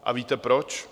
A víte proč?